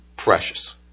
Precious